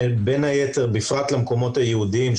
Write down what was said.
בפרט למקומות הייעודיים,